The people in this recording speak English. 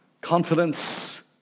confidence